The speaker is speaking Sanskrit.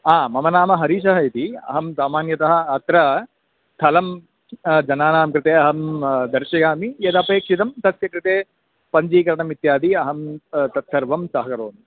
ह मम नाम हरीशः इति अहं सामान्यतः अत्र स्थलं जनानां कृते अहं दर्शयामि यदपेक्षितं तस्य कृते पञ्जीकरणम् इत्यादि अहं तत्सर्वं सहकरोमि